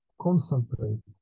Concentrate